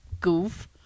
goof